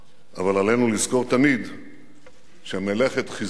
אבל עלינו לזכור תמיד שמלאכת חיזוקה,